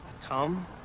Tom